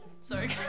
Sorry